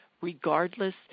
regardless